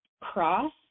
cross